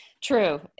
True